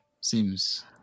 Seems